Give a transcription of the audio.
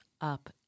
up